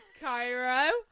Cairo